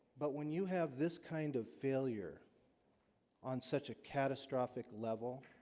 but when you have this kind of failure on such a catastrophic level